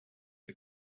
the